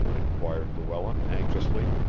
inquired luella anxiously.